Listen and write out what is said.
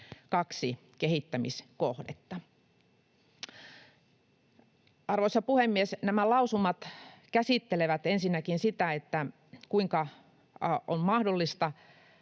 kaksi kehittämiskohdetta. Arvoisa puhemies! Nämä lausumat käsittelevät ensinnäkin sitä, kuinka on mahdollista